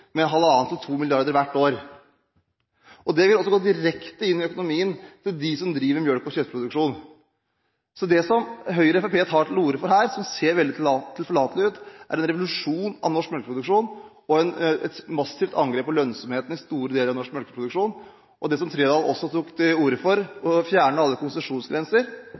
hvert år. Det vil gå direkte på økonomien til dem som driver med melke- og kjøttproduksjon. Det som Høyre og Fremskrittspartiet tar til orde for her, som ser veldig tilforlatelig ut, er en revolusjon av norsk melkeproduksjon og et massivt angrep på lønnsomheten i store deler av norsk melkeproduksjon. Det som Trældal også tok til orde for, å fjerne alle konsesjonsgrenser,